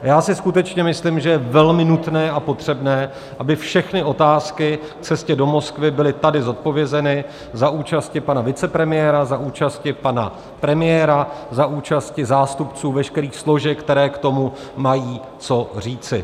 A já si skutečně myslím, že je velmi nutné a potřebné, aby všechny otázky k cestě do Moskvy byly tady zodpovězeny za účasti vicepremiéra, za účasti pana premiéra, za účasti zástupců veškerých složek, které k tomu mají co říci.